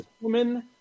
woman